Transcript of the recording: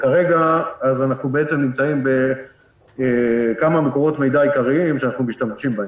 כרגע אנחנו נמצאים בכמה מקורות מידע עיקריים שאנחנו משתמשים בהם.